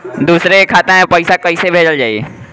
दूसरे के खाता में पइसा केइसे भेजल जाइ?